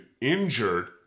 injured